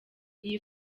iyi